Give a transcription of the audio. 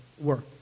work